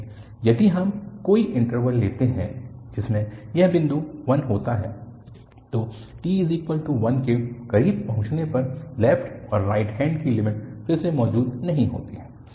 लेकिन यदि हम कोई इन्टरवल लेते हैं जिसमें यह बिंदु 1 होता है तो t1 के करीब पहुंचने पर लेफ्ट और राइट हैन्ड की लिमिट फिर से मौजूद नहीं होती है